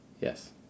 Yes